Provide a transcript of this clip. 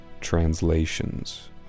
translations